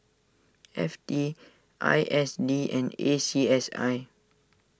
F T I S D and A C S I